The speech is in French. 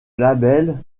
labelle